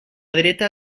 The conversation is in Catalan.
dreta